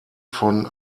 von